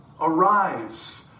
Arise